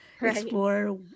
explore